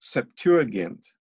Septuagint